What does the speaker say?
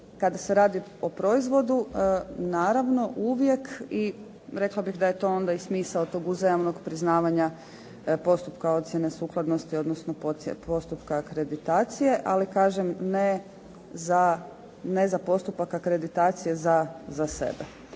Kada se radi o proizvodu naravno uvijek i rekla bih da je to onda i smisao tog uzajamnog priznavanja postupka ocjene sukladnosti, odnosno postupka akreditacije. Ali kažem ne za postupak akreditacije za sebe.